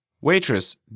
Waitress